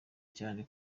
cyane